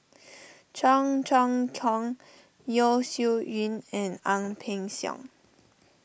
Cheong Choong Kong Yeo Shih Yun and Ang Peng Siong